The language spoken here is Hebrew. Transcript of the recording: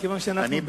כיוון שאנחנו,